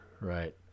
Right